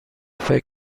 فکر